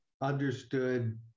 understood